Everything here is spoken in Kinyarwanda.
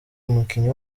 umukinnyi